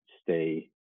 stay